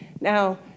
Now